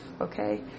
okay